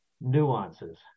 nuances